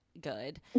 good